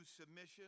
submission